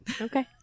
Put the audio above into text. Okay